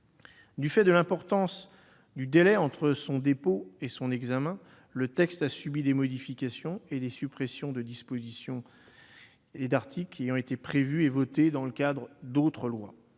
Du fait de l'importance du délai entre son dépôt et son examen, le texte a subi des modifications et des suppressions de dispositions et d'articles prévus et adoptés dans le cadre d'autres lois.